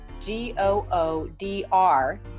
G-O-O-D-R